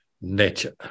nature